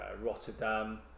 Rotterdam